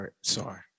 sorry